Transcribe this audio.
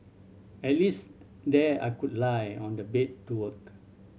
at least there I could lie on the bed to work